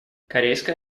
корейская